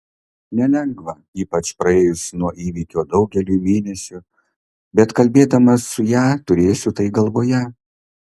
nelengva ypač praėjus nuo įvykio daugeliui mėnesių bet kalbėdamas su ja turėsiu tai galvoje